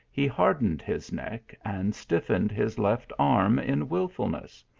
he hardened his neck, and stiffened his left-arm in wilfulness.